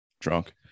Drunk